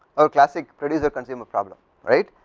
our classic producer consumer problem right,